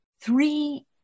three